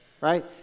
right